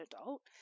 adult